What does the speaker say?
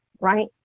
right